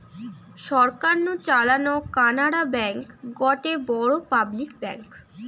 সরকার নু চালানো কানাড়া ব্যাঙ্ক গটে বড় পাবলিক ব্যাঙ্ক